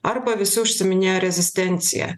arba visi užsiiminėja rezistencija